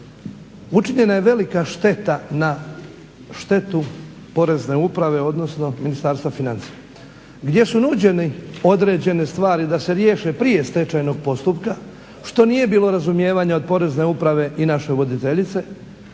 učinjena je velika štete na štetu Porezne uprave, odnosno Ministarstva financija. Gdje su nuđene određene stvari da se riješe prije stečajnog postupka što nije bilo razumijevanja od porezne uprave i naše voditeljice,